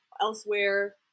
elsewhere